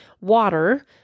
water